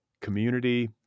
community